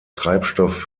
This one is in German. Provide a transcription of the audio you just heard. treibstoff